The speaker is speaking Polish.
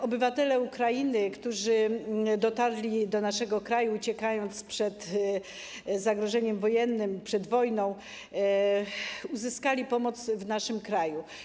Obywatele Ukrainy, którzy dotarli do naszego kraju, uciekając przed zagrożeniem wojennym, przed wojną, uzyskali pomoc w naszym kraju.